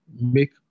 Make